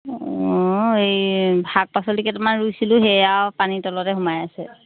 অঁ এই শাক পাচলি কেইটামান ৰুইছিলোঁ সেয়াও পানীৰ তলতে সোমাই আছে